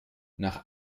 nach